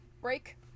break